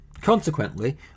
Consequently